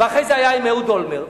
ואחרי זה היה עם אהוד אולמרט,